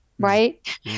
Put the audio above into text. right